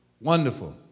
Wonderful